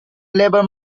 labor